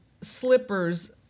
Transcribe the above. slippers